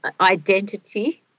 identity